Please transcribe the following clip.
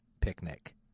Picnic